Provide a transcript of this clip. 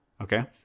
Okay